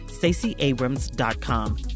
StaceyAbrams.com